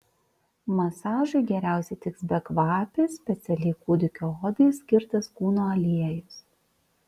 masažui geriausiai tiks bekvapis specialiai kūdikio odai skirtas kūno aliejus